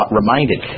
reminded